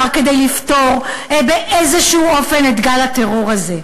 כדי לפתור באיזשהו אופן את גל הטרור הזה,